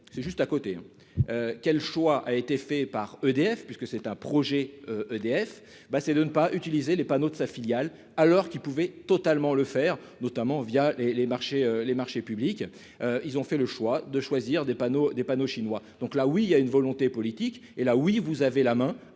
c'est juste à côté, quel choix a été fait par EDF, puisque c'est un projet EDF bah, c'est de ne pas utiliser les panneaux de sa filiale alors qu'il pouvait totalement le faire, notamment via les les marchés, les marchés publics, ils ont fait le choix de choisir des panneaux, des panneaux chinois, donc là oui, il y a une volonté politique et là oui, vous avez la main